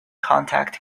contact